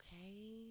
Okay